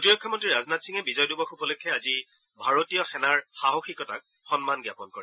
প্ৰতিৰক্ষা মন্ত্ৰী ৰাজনাথ সিঙে বিজয় দিৱস উপলক্ষে আজি ভাৰতীয় সেনাৰ সাহসিকতাক সন্মান জ্ঞাপন কৰে